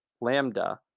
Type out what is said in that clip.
lambda